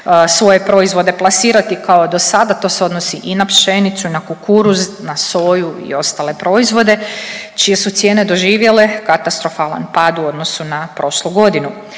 svoje proizvode plasirati kao do sada. To se odnosi i na pšenicu i na kukuruz, na soju i ostale proizvode čije su cijene doživjele katastrofalan pad u odnosu na prošlu godinu.